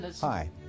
Hi